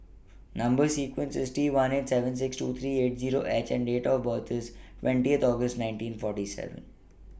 Number sequence IS T one eight seven six two three eight Zero H and Date of birth IS twentieth August nineteen forty seven